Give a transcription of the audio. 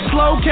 Slow